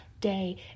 day